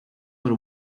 what